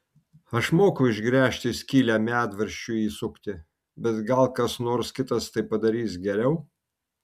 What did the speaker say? aš moku išgręžti skylę medvaržčiui įsukti bet gal kas nors kitas tai padarys geriau